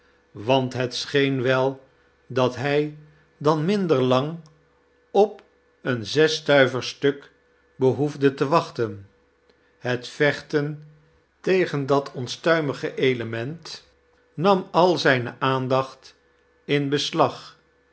want het scheen wel dat hij dan minder lang op een zesstuiversstuk behoefde te wachtein het vechten tegen dat onstuimige element nam al zijne aandacht in beslag